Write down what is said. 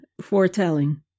foretelling